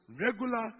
regular